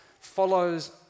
follows